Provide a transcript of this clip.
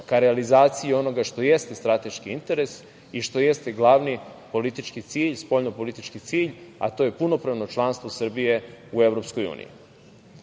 ka realizaciji onoga što jeste strateški interes, što jeste glavni politički cilj, spoljnopolitički cilj, a to je punopravno članstvo Srbije u